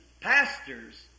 pastors